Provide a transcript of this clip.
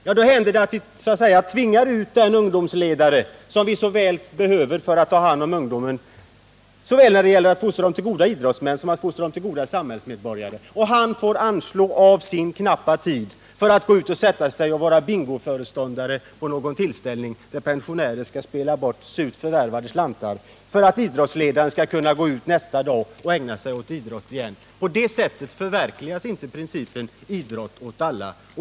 Jo, då händer det att vi så att säga tvingar ut den ungdomsledare som vi så väl behöver för att ta hand om ungdomarna — både när det gäller att fostra dem till goda idrottsmän och när det gäller att fostra dem till goda samhällsmedborgare. Han får anslå en del av sin knappa tid till att sätta sig och vara bingoföreståndare på någon tillställning där pensionärer skall spela bort surt förvärvade slantar för att idrottsledaren nästa dag skall kunna gå ut och ägna sig åt idrott igen. På det sättet förverkligas inte principen om idrott åt alla.